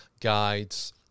guides